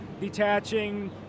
detaching